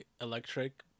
electric